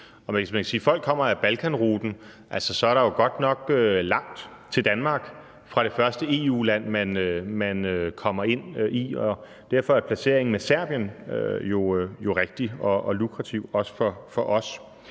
folk kommer ad Balkanruten, er der jo godt nok langt til Danmark fra det første EU-land, man kommer ind i. Derfor er placeringen med Serbien jo rigtig og lukrativ, også